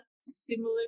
similar